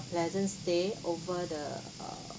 pleasant stay over the err